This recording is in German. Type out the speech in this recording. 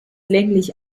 länglich